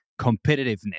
competitiveness